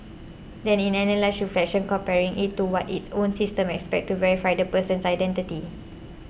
then analyses reflection comparing it to what its own system expects to verify the person's identity